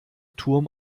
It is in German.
turm